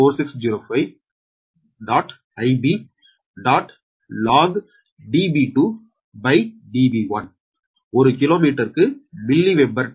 4605 Ib log Db2 Db1 ஒரு கிலோமீட்டருக்கு milli weber ton